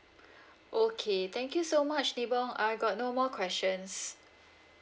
okay thank you so much ni bong I got no more questions